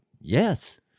yes